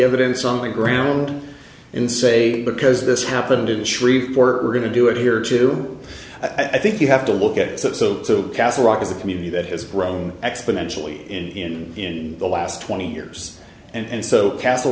evidence on the ground and say because this happened in shreveport we're going to do it here too i think you have to look at that so castle rock is a community that has grown exponentially in the last twenty years and so castle